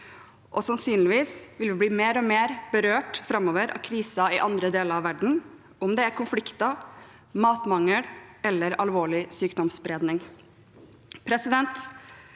og sannsynligvis vil vi bli mer og mer berørt framover av kriser i andre deler av verden, om det er konflikter, matmangel eller alvorlig sykdomsspredning.